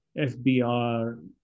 FBR